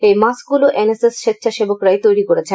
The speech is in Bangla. এই মাস্কগুলি এন এস এস স্বেচ্ছাসেবকরাই তৈরি করেছেন